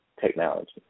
technology